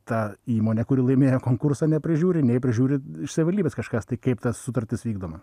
ta įmonė kuri laimėjo konkursą neprižiūri nei prižiūri savivaldybės kažkas tai kaip ta sutartis vykdoma